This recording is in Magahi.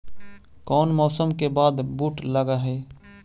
कोन मौसम के बाद बुट लग है?